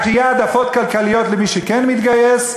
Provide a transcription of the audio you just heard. רק יהיו העדפות כלכליות למי שכן מתגייס,